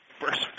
first